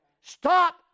Stop